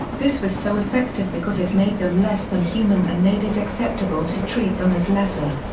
this was so effective because it made them less than human and made it acceptable to treat them as lesser.